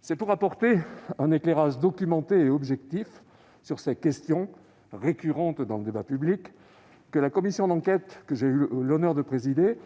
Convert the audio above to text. C'est pour apporter un éclairage documenté et objectif sur ces questions récurrentes dans le débat public que la commission d'enquête que j'ai eu l'honneur de présider